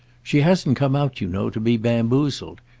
she hasn't come out, you know, to be bamboozled.